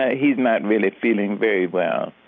ah he's not really feeling very well.